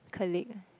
colleague